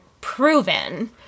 proven